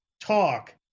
talk